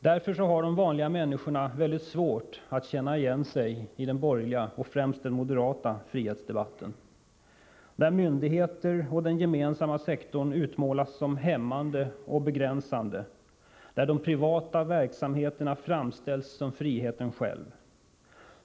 Därför har de vanliga människorna väldigt svårt att känna igen sig i den borgerliga — och främst den moderata — ”frihetsdebatten”, där myndigheterna och den gemensamma sektorn utmålas som hämmande och begränsande och där de privata verksamheterna framställs som friheten själv.